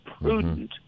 prudent